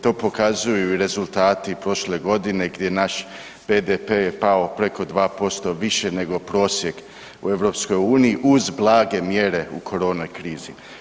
To pokazuju i rezultati prošle godine gdje je naš BDP je pao preko 2% više nego prosjek u EU, uz blage mjere u korona krizi.